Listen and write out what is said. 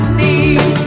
need